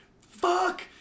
Fuck